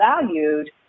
valued